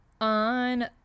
on